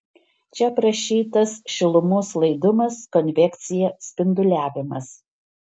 čia aprašytas šilumos laidumas konvekcija spinduliavimas